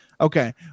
Okay